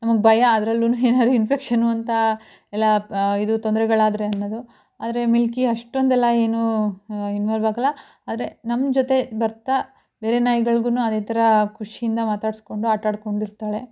ನಮಗೆ ಭಯ ಅದ್ರಲ್ಲೂ ಏನಾದ್ರು ಇನ್ಫೆಕ್ಷನ್ನು ಅಂತ ಎಲ್ಲ ಇದು ತೊಂದರೆಗಳಾದ್ರೆ ಅನ್ನೋದು ಆ ಮಿಲ್ಕಿ ಅಷ್ಟೊಂದೆಲ್ಲ ಏನು ಇನ್ವಾಲ್ವ್ ಆಗೋಲ್ಲ ಆದರೆ ನಮ್ಮ ಜೊತೆ ಬರ್ತಾ ಬೇರೆ ನಾಯಿಗಳ್ಗೂ ಅದೇ ಥರ ಖುಷಿಯಿಂದ ಮಾತಾಡಿಸ್ಕೊಂಡು ಆಟಾಡಿಕೊಂಡಿರ್ತಾಳೆ